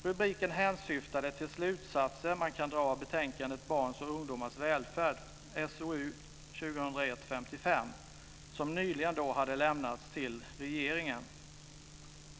Rubriken hänsyftade till slutsatser som man kan dra av betänkandet Barns och ungdomars välfärd, SOU 2001:55, som då nyligen hade lämnats till regeringen.